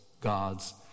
gods